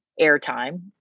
airtime